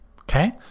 Okay